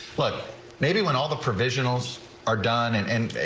but maybe when all the provisionals are done and and it.